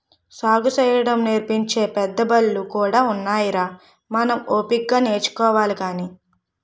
సాగుసేయడం నేర్పించే పెద్దబళ్ళు కూడా ఉన్నాయిరా మనం ఓపిగ్గా నేర్చాలి గాని